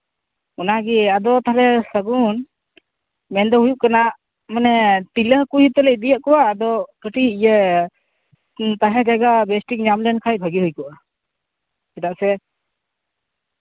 ᱚᱱᱟᱜᱮ ᱟᱫᱚ ᱛᱟᱦᱞᱮ ᱥᱟᱹᱜᱩᱱ ᱢᱮᱱ ᱫᱚ ᱦᱩᱭᱩᱜ ᱠᱟᱱᱟ ᱢᱟᱱᱮ ᱛᱤᱨᱞᱟᱹ ᱠᱚᱦᱚ ᱦᱚᱛᱞᱮ ᱤᱫᱤᱭᱮᱫ ᱠᱚᱣᱟ ᱟᱫᱚ ᱠᱟᱹᱴᱤᱡ ᱤᱭᱟᱹ ᱛᱟᱦᱮᱸ ᱡᱟᱭᱜᱟ ᱵᱮᱥᱴᱷᱤᱠ ᱧᱟᱢ ᱞᱮᱱᱠᱷᱟᱱ ᱵᱷᱟᱜᱮ ᱦᱩᱭ ᱠᱚᱜᱼᱟ ᱪᱮᱫᱟᱜ ᱥᱮ